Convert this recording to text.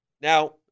Now